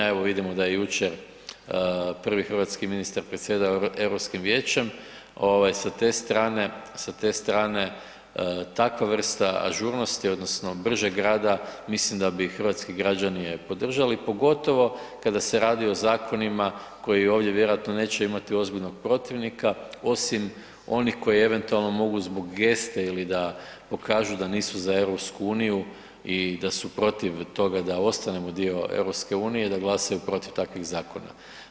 Evo vidimo da je jučer prvi hrvatski ministar predsjedao Europskim vijećem, sa te strane takva vrsta ažurnosti odnosno bržeg rada mislim da bi i hrvatski građani podržali, pogotovo kada se radi o zakonima koji ovdje vjerojatno neće imati ozbiljnog protivnika osim onih koji eventualno mogu zbog geste ili da pokažu da nisu za EU i da su protiv toga da ostanemo dio EU da glasaju protiv takvih zakona.